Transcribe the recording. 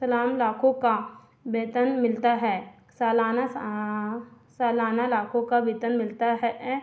सलाम लाखों का वेतन मिलता है सालाना सालाना लाखों का वेतन मिलता है ऐं